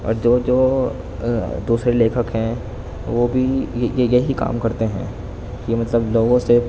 اور جو جو دوسرے لیکھک ہیں وہ بھی یہی کام کرتے ہیں کہ مطلب لوگوں سے